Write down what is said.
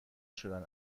شدن